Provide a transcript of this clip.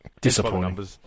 Disappointing